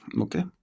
okay